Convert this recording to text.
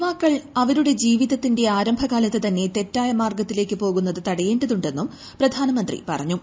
യുവാക്കൾ അവരുടെ ജീവിതത്തിന്റെ ആരംഭകാലത്ത് തന്നെ തെറ്റായ മാർഗത്തിലേക്ക് പോകുന്നത് തടയേണ്ടതുണ്ടെന്ന് പ്രധാനമന്ത്രി പറഞ്ഞു